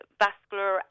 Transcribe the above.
vascular